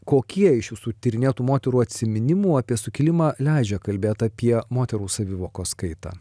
kokie iš jūsų tyrinėtų moterų atsiminimų apie sukilimą leidžia kalbėt apie moterų savivokos kaitą